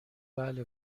بله